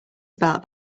about